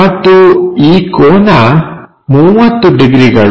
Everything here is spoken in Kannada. ಮತ್ತು ಈ ಕೋನ 30 ಡಿಗ್ರಿಗಳು